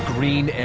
Green